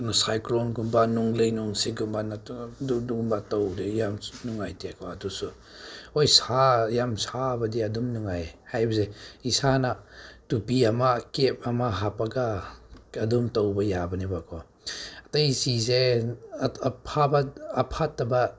ꯁꯥꯏꯀ꯭ꯂꯣꯟꯒꯨꯝꯕ ꯅꯣꯡꯂꯩ ꯅꯨꯡꯁꯤꯠꯀꯨꯝꯕ ꯅꯠꯇꯅ ꯑꯗꯨꯒꯨꯝꯕ ꯇꯧꯕꯗꯤ ꯌꯥꯝ ꯅꯨꯡꯉꯥꯏꯇꯦꯀꯣ ꯑꯗꯨꯁꯨ ꯍꯣꯏ ꯁꯥ ꯌꯥꯝ ꯁꯥꯕꯗꯤ ꯑꯗꯨꯝ ꯅꯨꯡꯉꯥꯏ ꯍꯥꯏꯕꯁꯦ ꯏꯁꯥꯅ ꯇꯨꯄꯤ ꯑꯃ ꯀꯦꯐ ꯑꯃ ꯍꯥꯞꯄꯒ ꯑꯗꯨꯝ ꯇꯧꯕ ꯌꯥꯕꯅꯦꯕꯀꯣ ꯑꯇꯩ ꯐꯠꯇꯕ